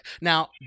Now